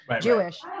Jewish